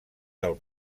del